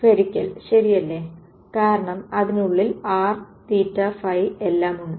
spherical ശരിയല്ലെ കാരണം അതിനുള്ളിൽ r എല്ലാം ഉണ്ട്